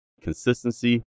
consistency